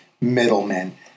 middlemen